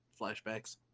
flashbacks